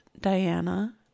Diana